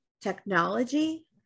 technology